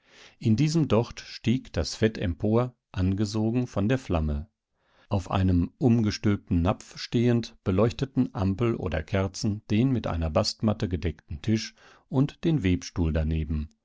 in diesem docht stieg das fett empor angesogen von der flamme auf einem umgestülpten napf stehend beleuchteten ampel oder kerzen den mit einer bastmatte gedeckten tisch und den webstuhl daneben